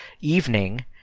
evening